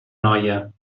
noia